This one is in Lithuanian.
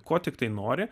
ko tiktai nori